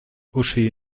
uschi